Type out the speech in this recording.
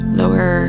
lower